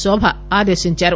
శోభా ఆదేశించారు